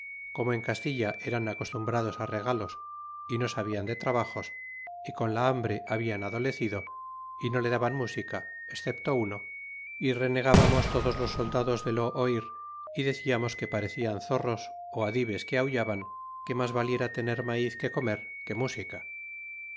como en castilla eran acostumbrados a regalos y no sabian de trabajos y con la hambre hablan adolecido y no le daban música escepto uno y renegábamos todos los soldados de lo oir y deciamos que parcelan zorros ó adives que aullaban que mas valiera tener maiz que comer que música